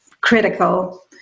critical